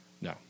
no